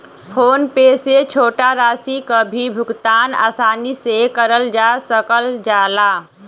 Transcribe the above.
phone पे से छोटा राशि क भी भुगतान आसानी से करल जा सकल जाला